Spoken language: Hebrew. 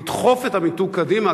לדחוף את המיתוג קדימה,